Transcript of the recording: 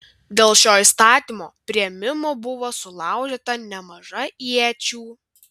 dėl šio įstatymo priėmimo buvo sulaužyta nemaža iečių